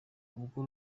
ubwo